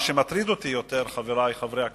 מה שמטריד אותי יותר, חברי חברי הכנסת,